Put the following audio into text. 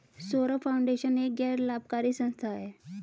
Saurabh foundation एक गैर लाभकारी संस्था है